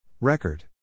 Record